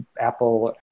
Apple